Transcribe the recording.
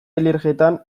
alergietan